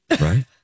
Right